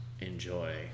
enjoy